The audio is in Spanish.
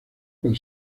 con